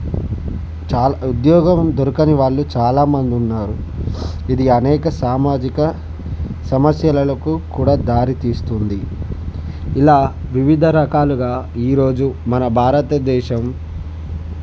చా ఉద్యోగం దొరికిన వాళ్ళు చాలామంది ఉన్నారు ఇది అనేక సామాజిక సమస్యలకు కూడా దారి తీస్తుంది ఇలా వివిధ రకాలుగా ఈరోజు మన భారతదేశం